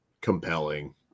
compelling